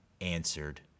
answered